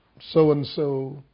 so-and-so